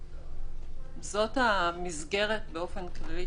--- זאת המסגרת באופן כללי.